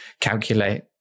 calculate